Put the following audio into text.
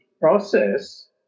process